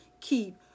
keep